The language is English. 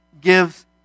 gives